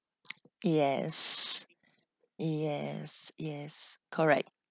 yes yes yes correct